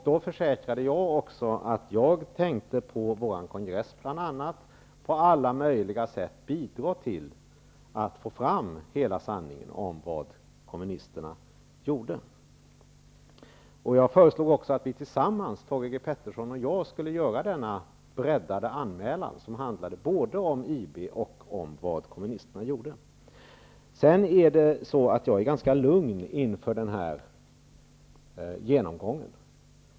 Då försäkrade jag att jag tänkte att på vår kongress bl.a. på alla möjliga sätt bidra till att hela sanningen kom fram om vad kommunisterna gjorde. Jag föreslog också att Thage G. Peterson och jag tillsammans skulle göra en breddad anmälan, som handlade både om IB och om vad kommunisterna gjorde. Jag är ganska lugn inför den här genomgången.